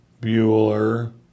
Bueller